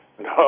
no